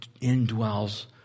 indwells